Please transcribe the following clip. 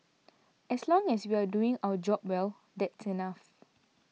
as long as we're doing our job well that's enough